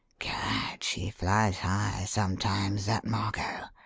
gad! she flies high, sometimes, that margot!